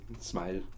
smile